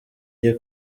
iye